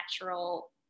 natural